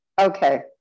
okay